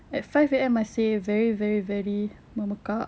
at five A_M masih very very very memekak